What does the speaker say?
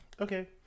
Okay